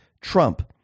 Trump